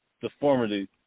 deformity